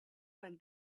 when